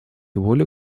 волю